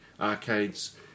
arcades